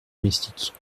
domestiques